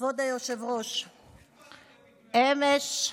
כבוד היושב-ראש, אמש,